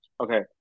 Okay